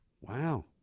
Wow